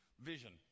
vision